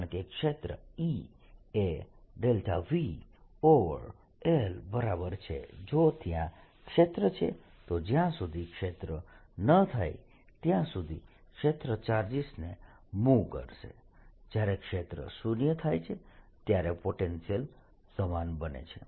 કારણ કે ક્ષેત્ર E એ vl બરાબર છે જો ત્યાં ક્ષેત્ર છે તો જ્યાં સુધી ક્ષેત્ર શૂન્ય ન થાય ત્યાં સુધી ક્ષેત્ર ચાર્જીસને મૂવ કરશે જ્યારે ક્ષેત્ર શૂન્ય થાય ત્યારે પોટેન્શિયલ સમાન બને છે